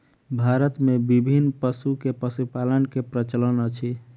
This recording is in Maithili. भारत मे विभिन्न पशु के पशुपालन के प्रचलन अछि